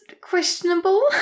questionable